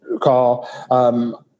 call